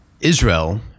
Israel